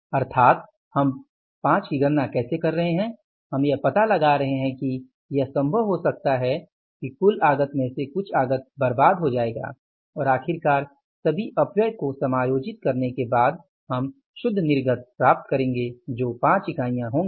तो इसका मतलब है कि हम 5 की गणना कैसे कर रहे हैं हम यह पता लगा रहे हैं कि यह संभव हो सकता है कि कुल आगत में से कुछ आगत बर्बाद हो जाएगा और आखिरकार सभी अपव्यय को समायोजित करने के बाद हम शुद्ध निर्गत प्राप्त करेंगे जो 5 इकाइयां होंगी